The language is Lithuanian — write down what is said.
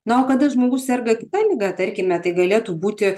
na o kada žmogus serga kita liga tarkime tai galėtų būti